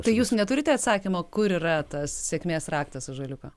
tai jūs neturite atsakymo kur yra tas sėkmės raktas ąžuoliuko